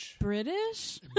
British